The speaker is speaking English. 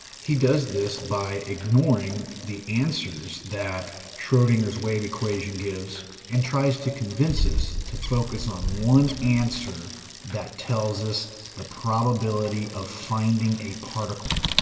he does this by ignoring the answers that schrodinger's wave equation gives, and tries to convince us to focus on one answer that tells us the probability of finding a particle.